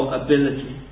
ability